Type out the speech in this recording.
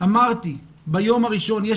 אמרתי ביום הראשון,